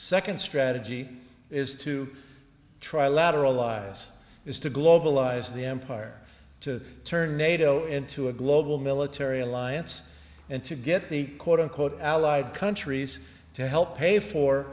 second strategy is to trilateral lies is to globalize the empire to turn nato into a global military alliance and to get the quote unquote allied countries to help pay for